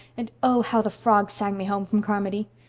and oh, how the frogs sang me home from carmody!